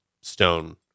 stone